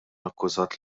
akkużat